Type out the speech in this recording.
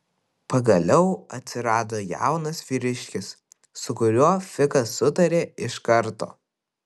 pagaliau atsirado jaunas vyriškis su kuriuo fikas sutarė iš karto